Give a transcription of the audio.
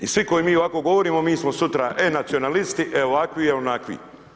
I svi koji mi ovako govorimo mi smo sutra, e nacionalisti, e ovakvi, e onakvi.